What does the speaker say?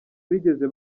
bigeze